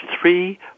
three